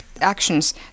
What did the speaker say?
actions